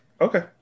Okay